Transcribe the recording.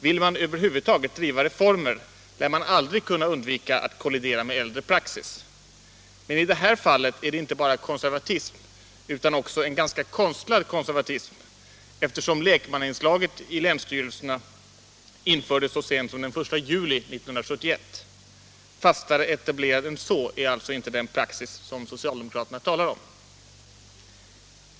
Vill man över huvud taget genomföra reformer, lär man aldrig kunna undvika att kollidera med äldre praxis. Men i det här fallet är det inte bara konservatism utan också en ganska konstlad konservatism, eftersom lekmannainslaget i länsstyrelserna infördes så sent som den 1 juli 1971. Fastare etablerad än så är alltså inte den praxis som socialdemokraterna talar om.